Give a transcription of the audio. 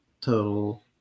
total